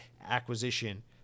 acquisition